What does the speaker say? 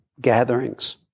gatherings